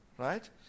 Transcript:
right